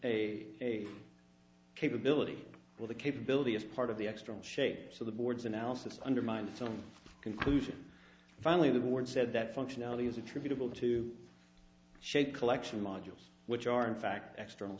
a capability where the capability is part of the extreme shape so the board's analysis undermined its own conclusion finally the board said that functionality is attributable to shade collection modules which are in fact extra